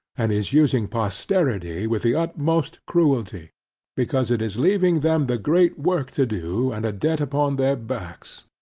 and is using posterity with the utmost cruelty because it is leaving them the great work to do, and a debt upon their backs,